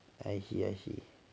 I see I see